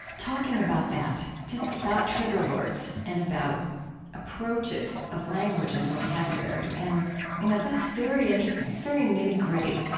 talking about that, just about trigger words and about approaches of language and vocabulary. and you know, that's very interesting. it's very nitty-gritty.